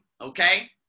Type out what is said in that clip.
okay